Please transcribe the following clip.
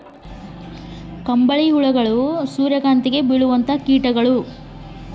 ಸೂರ್ಯಕಾಂತಿಗೆ ಬೇಳುವಂತಹ ಕೇಟಗಳು ಯಾವ್ಯಾವು?